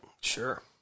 Sure